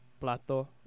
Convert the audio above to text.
Plato